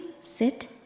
sit